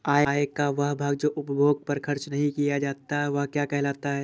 आय का वह भाग जो उपभोग पर खर्च नही किया जाता क्या कहलाता है?